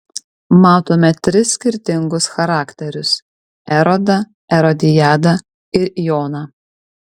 matome tris skirtingus charakterius erodą erodiadą ir joną